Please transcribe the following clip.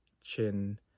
chin